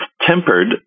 tempered